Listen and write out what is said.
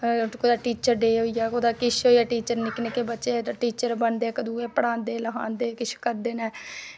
कुदै teacher day होईया कुदै किश होईया निक्के निक्के बच्चे टीचर बनदे इक दुए पढ़ांदे लखांदे किश करदे नै